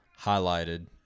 highlighted